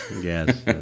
Yes